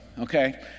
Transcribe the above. okay